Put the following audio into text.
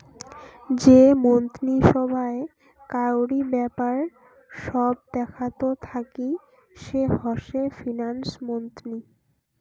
যে মন্ত্রী সভায় কাউরি ব্যাপার সব দেখাত থাকি সে হসে ফিন্যান্স মন্ত্রী